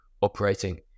operating